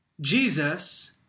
Jesus